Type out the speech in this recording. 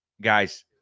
guy's